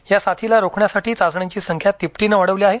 या साथीला रोखण्यासाठी चाचण्यांची संख्या तिपटीने वाढवली आहे